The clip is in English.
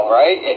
right